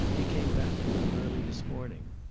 he came back to it early this morning.